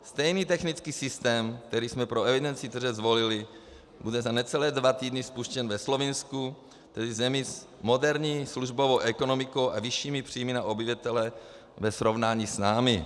Stejný technický systém, který jsme pro evidenci tržeb zvolili, bude za necelé dva týdny spuštěn ve Slovinsku, tedy v zemi s moderní službovou ekonomikou a vyššími příjmy na obyvatele ve srovnání s námi.